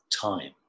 time